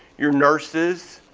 your nurses.